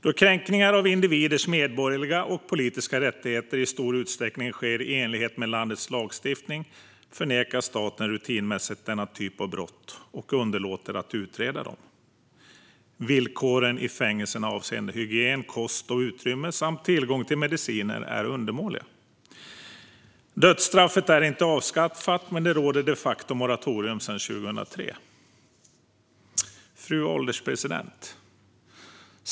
Då kränkningar av individers medborgerliga och politiska rättigheter i stor utsträckning sker i enlighet med landets lagstiftning förnekar staten rutinmässigt denna typ av brott och underlåter att utreda dem. Villkoren i fängelserna avseende hygien, kost och utrymme samt tillgång till mediciner är undermåliga. Dödsstraffet är inte avskaffat, men det råder de facto moratorium sedan 2003. Fru ålderspresident!